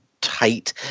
tight